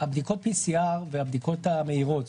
בדיקות ה-PCR והבדיקות המהירות.